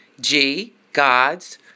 G-God's